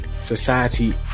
society